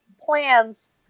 plans